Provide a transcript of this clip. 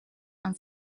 and